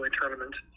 tournament